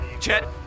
Chet